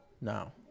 No